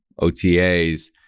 OTAs